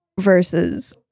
versus